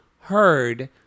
heard